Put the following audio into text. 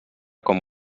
com